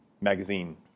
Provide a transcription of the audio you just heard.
magazine